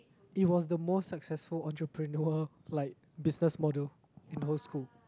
it was the most successful entrepreneur like business model in our school